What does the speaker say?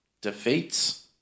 defeats